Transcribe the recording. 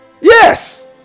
Yes